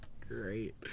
great